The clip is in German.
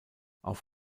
auf